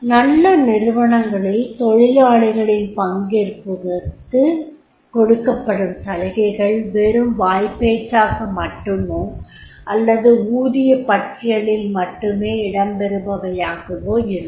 நல்ல நிறுவனங்களில் தொழிலாளிகளின் பங்களிப்பிற்கு கொடுக்கப்படும் சலுகைகள் வெறும் வாய்பேச்சாக மட்டுமோ அல்லது ஊதியப் பட்டியலில் மட்டுமே இடம்பெறுபவையாக இருக்கும்